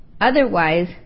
Otherwise